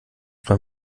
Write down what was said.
man